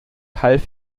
half